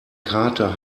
kater